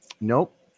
Nope